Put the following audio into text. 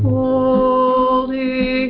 Holy